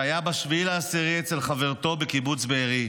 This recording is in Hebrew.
שהיה ב-7 באוקטובר אצל חברתו בקיבוץ בארי.